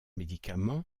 médicaments